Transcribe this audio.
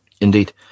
Indeed